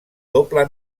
doble